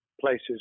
places